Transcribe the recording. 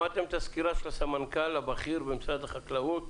שמעתם את הסקירה של הסמנכ"ל הבכיר במשרד החקלאות,